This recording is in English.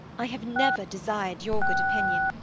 i have never desired your good opinion,